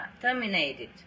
terminated